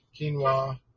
quinoa